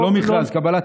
אין מסמך כזה?